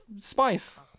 spice